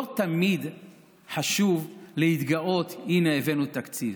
לא תמיד חשוב להתגאות: הינה, הבאנו תקציב.